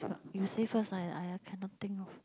you say first I I I cannot think of